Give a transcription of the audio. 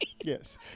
Yes